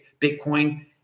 bitcoin